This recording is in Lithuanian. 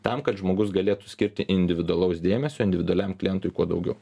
tam kad žmogus galėtų skirti individualaus dėmesio individualiam klientui kuo daugiau